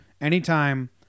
Anytime